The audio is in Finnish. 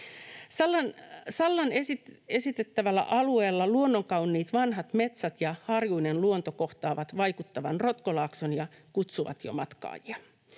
Sallaan esitettävällä alueella luonnonkauniit vanhat metsät ja harjuinen luonto kohtaavat vaikuttavan rotkolaakson ja kutsuvat jo matkaajia.